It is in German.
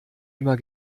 immer